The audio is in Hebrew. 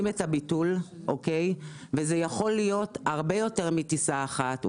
את הביטול וזה יכול להיות הרבה יותר מטיסה אחת,